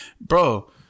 bro